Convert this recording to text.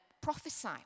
prophesy